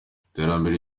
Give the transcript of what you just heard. iterambere